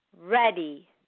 ready